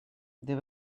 they